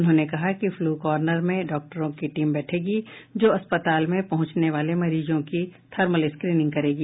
उन्होंने कहा कि फ्लू कॉनर्र में डॉक्टरों की टीम बैठेगी जो अस्पताल में पहुंचने वाले मरीजों की थर्मल स्क्रीनिंग करेगी